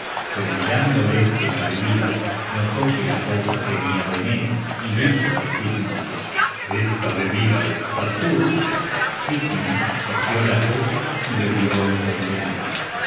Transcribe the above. pero mirando este la bebida notó que la copa tenia veneno y dijo á sigmund esta bebida está turbia sigmund cogió la copa y bebió el contenido